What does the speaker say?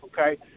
okay